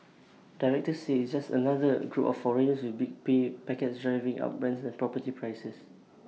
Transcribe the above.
detractors say it's just another group of foreigners with big pay packets driving up rents and property prices